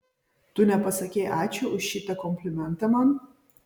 tu nepasakei ačiū už šitą komplimentą man